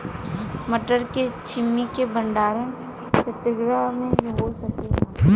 मटर के छेमी के भंडारन सितगृह में हो सकेला?